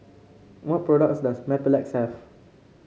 what products does Mepilex have